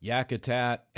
Yakutat